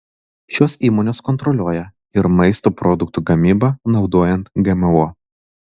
šios įmonės kontroliuoja ir maisto produktų gamybą naudojant gmo